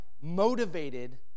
motivated